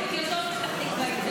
פתח תקוואים.